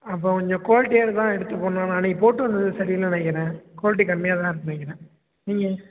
அப்போது கொஞ்சம் குவாலிட்டியாக தான் எடுத்துப் போடணும் அன்றைக்கி போட்டு வந்தது சரி இல்லைன்னு நினைக்கிறேன் குவாலிட்டி கம்மியாகதான் இருக்குதுன்னு நினைக்கிறேன் நீங்கள்